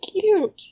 cute